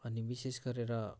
अनि विशेष गरेर